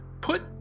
Put